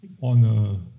on